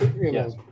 Yes